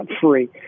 free